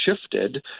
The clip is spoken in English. shifted